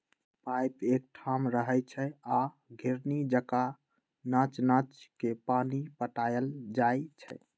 pipe एकठाम रहै छइ आ घिरणी जका नच नच के पानी पटायल जाइ छै